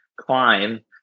climb